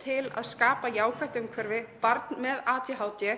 til að skapa jákvætt umhverfi. [Barn með ADHD]